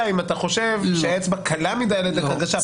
כתב אישום כשאתה חושב שהאצבע קלה מדי על ההגשה.